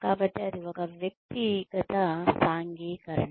కాబట్టి అది ఒక వ్యక్తిగత సాంఘికీకరణ